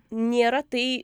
nėra tai